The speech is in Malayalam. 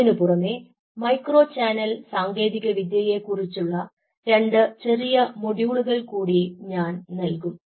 അതിനുപുറമേ മൈക്രോ ചാനൽ സാങ്കേതികവിദ്യയെ കുറിച്ചുള്ള രണ്ട് ചെറിയ മൊഡ്യൂളുകൾ കൂടി ഞാൻ നൽകും